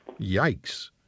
Yikes